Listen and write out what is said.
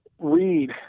read